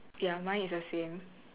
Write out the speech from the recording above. ya mine is the same